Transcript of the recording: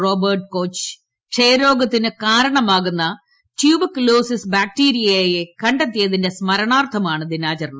robot Koch ക്ഷയരോഗത്തിന് കാരണമാകുന്ന tuberculosis ബാക്ടീരിയയെ കണ്ടെത്തിയതിന്റെ സ്മരണാർത്ഥമാണ് ദിനാചരണം